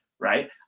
right